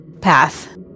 path